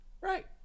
right